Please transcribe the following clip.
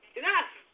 enough